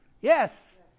Yes